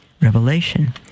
Revelation